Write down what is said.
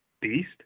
beast